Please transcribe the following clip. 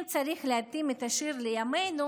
אם צריך להתאים את השיר לימינו,